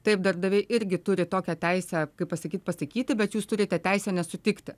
taip darbdaviai irgi turi tokią teisę kaip pasakyt pasakyti bet jūs turite teisę nesutikti